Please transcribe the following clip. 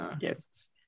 yes